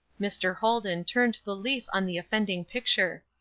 mr. holden turned the leaf on the offending picture.